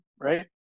right